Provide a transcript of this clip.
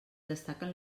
destaquen